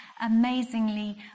amazingly